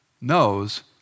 knows